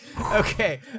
okay